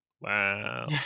wow